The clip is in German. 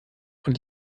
und